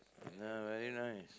ya very nice